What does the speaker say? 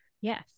Yes